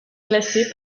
classé